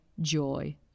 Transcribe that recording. joy